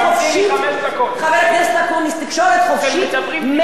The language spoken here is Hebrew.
תקשורת חופשית מתה חצי דקה לפני הדמוקרטיה.